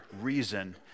reason